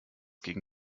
gegen